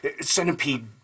centipede